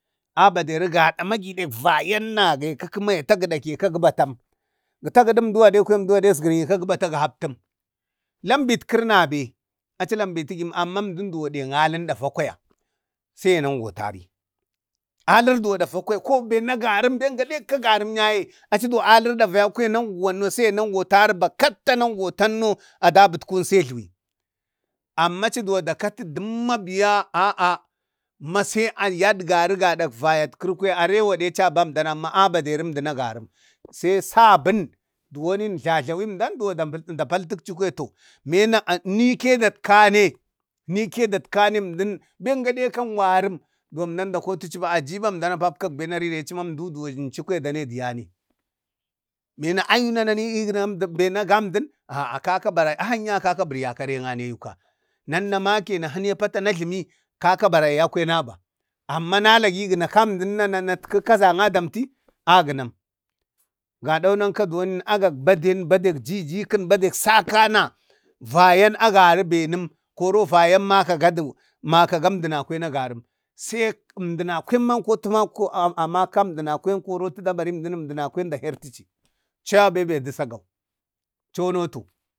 A baderi gada ma agidek vayanna gakikəma ya tagəɗa taka, gə batam, gə tagəɗa əmduwade kwaya əmduwade azgri ka gə bata ga haptəm, lambit kari nabe achi gambitəgəm. Emdən dewon dang alən dava kwaya sai nangotari, alri duwon dava gwaya ko ben nagawəm, sai ya nangatari ben gadeka agərəm yaye achi duwo alri dava yaukwaya nanguwan, sai nangotari, nangotanno bakatta adabət kawun sai ajluwi. Ama achi duwon da kati dəmma biya, aa ma sai yadgari gaɗak vayatkəri, arewade achaba əmdan amma a baderi əndən agaram. Sai saban duwonin jlajlarewim danna da da paltakchi kwaya to, bena nike i datkane, nike datkane əndan ben gaɗeka angwarəm əndan da kotuchi ma aji man əmdan a papkak ben na arire aci man əmdu duwon ənchu kwaya dane diyane, ɓena ayuna nani igana ben agamɗanm aa kaka bariya ahanyaye kaka bəriya kane kwaya, nannamake na hini apata, na jla najlami kaka bariyane kwaya naba. Amma nalagi gana kamdən nan natki kazanna damti? a ganam, gadau nanka duwan agak baden, dek badekjiji kan, badek sakana, vayan agari benam koro vayan maka gadu, makaga əmdanalkwen aga rəm, sai əmdənakwen manko a makan əndənakwen to atu da barichi əmdəna da hertici, choyau benbe də sagau chono atu.